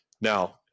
now